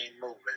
movement